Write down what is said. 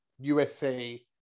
USA